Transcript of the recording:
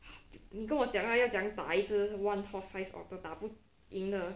你跟我讲 lah 要怎样打一只 horse sized otter 打不赢的